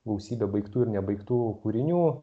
gausybė baigtų ir nebaigtų kūrinių